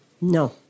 no